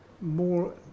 more